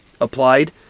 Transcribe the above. applied